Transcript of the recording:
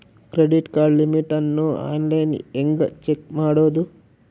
Credit card limit ಅನ್ನು online ಹೆಂಗ್ check ಮಾಡೋದು?